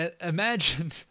Imagine